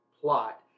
plot